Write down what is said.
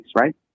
right